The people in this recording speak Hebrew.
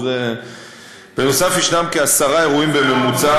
אז --- נוסף על כך יש כעשרה אירועים בממוצע